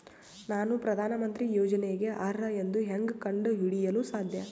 ನಾನು ಪ್ರಧಾನ ಮಂತ್ರಿ ಯೋಜನೆಗೆ ಅರ್ಹ ಎಂದು ಹೆಂಗ್ ಕಂಡ ಹಿಡಿಯಲು ಸಾಧ್ಯ?